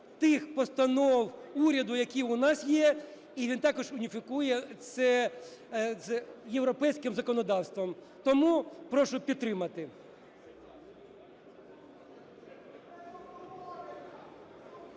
тих постанов уряду, які у нас є, і він також уніфікує це з європейським законодавством. Тому прошу підтримати.